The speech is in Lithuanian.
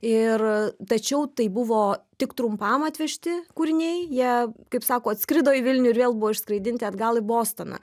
ir tačiau tai buvo tik trumpam atvežti kūriniai jie kaip sako atskrido į vilnių ir vėl buvo išskraidinti atgal į bostoną